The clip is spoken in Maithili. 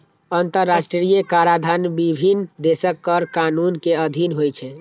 अंतरराष्ट्रीय कराधान विभिन्न देशक कर कानून के अधीन होइ छै